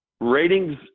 ratings